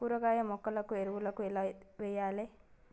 కూరగాయ మొక్కలకు ఎరువులను ఎలా వెయ్యాలే?